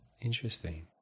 Interesting